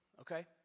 okay